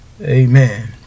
amen